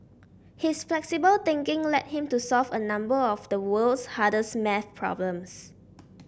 his flexible thinking led him to solve a number of the world's hardest maths problems